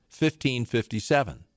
1557